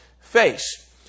face